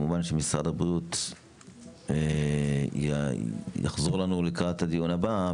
כמובן שמשרד הבריאות יחזור אלינו לקראת הדיון הבא,